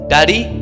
Daddy